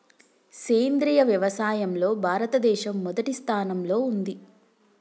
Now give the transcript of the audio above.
సేంద్రియ వ్యవసాయంలో భారతదేశం మొదటి స్థానంలో ఉంది